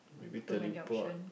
maybe teleport